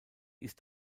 ist